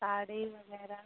साड़ी वगैरह